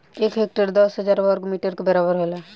एक हेक्टेयर दस हजार वर्ग मीटर के बराबर होला